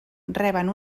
reben